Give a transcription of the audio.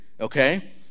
okay